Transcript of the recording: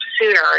sooner